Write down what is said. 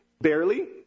Barely